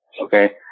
Okay